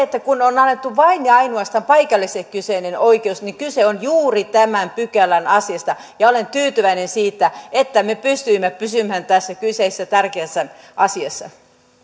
kun on annettu vain ja ainoastaan paikallisille kyseinen oikeus niin kyse on juuri tämän pykälän asiasta ja olen tyytyväinen siitä että me pystyimme pysymään tässä kyseisessä tärkeässä asiassa arvoisa